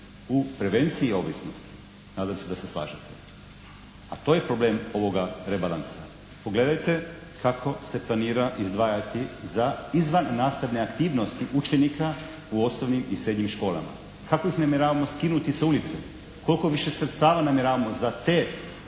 u prevenciji ovisnosti. Nadam se da se slažete, a to je problem ovoga rebalansa. Pogledajte kako se planira izdvajati za izvannastavne aktivnosti učenika u osnovnim i srednjim školama. Kako ih namjeravamo skinuti sa ulice? Koliko više sredstava namjeravamo za te